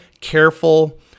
careful